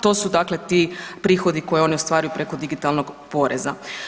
To su dakle ti prihodi koje oni ostvaruju preko digitalnog poreza.